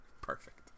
Perfect